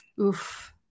oof